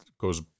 goes